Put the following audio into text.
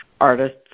artists